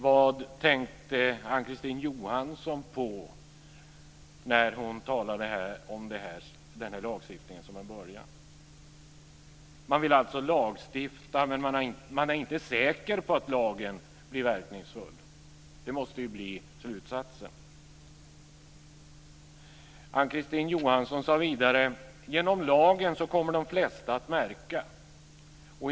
Vad tänkte Ann-Kristine Johansson på när hon talade om denna lagstiftning som en början? Man vill alltså lagstifta, men man är inte säker på att lagen blir verkningsfull. Det måste bli slutsatsen. Ann-Kristine Johansson sade vidare att de flesta kommer att märka sina hundar genom lagen.